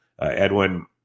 Edwin